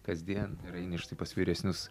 kasdien eini štai pas vyresnius